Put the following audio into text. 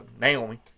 naomi